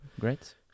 great